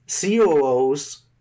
COOs